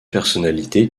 personnalités